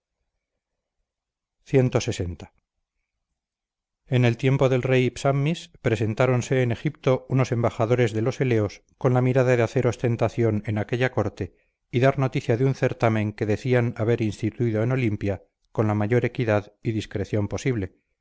clx el tiempo del rey psammis presentáronse en egipto unos embajadores de los eleos con la mira de hacer ostentación en aquella corte y dar noticia de un certamen que decían haber instituido en olimpia con la mayor equidad y discreción posible